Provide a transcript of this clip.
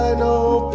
know,